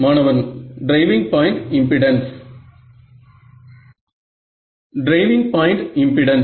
மாணவன் driving point impedance driving point impedance